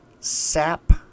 sap